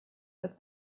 that